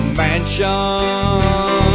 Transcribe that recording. mansion